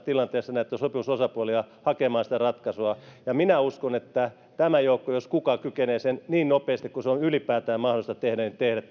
tilanteessa näitä sopimusosapuolia hakemaan sitä ratkaisua ja minä uskon että tämä joukko jos kuka kykenee tekemään sopuesityksen tähän riitaa niin nopeasti kuin se on ylipäätään mahdollista tehdä